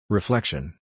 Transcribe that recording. Reflection